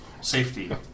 Safety